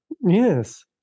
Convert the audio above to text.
yes